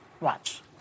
Watch